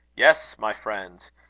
yes, my friends,